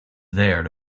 there